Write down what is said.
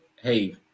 hey